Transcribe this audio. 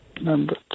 Number